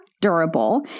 durable